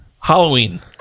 Halloween